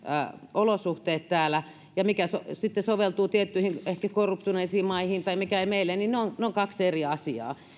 olosuhteet täällä ja mikä sitten soveltuu tiettyihin ehkä korruptoituneisiin maihin ja mikä meille ovat kaksi eri asiaa